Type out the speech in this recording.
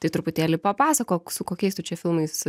tai truputėlį papasakok su kokiais tu čia filmais